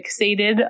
fixated